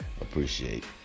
appreciate